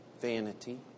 Vanity